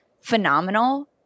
phenomenal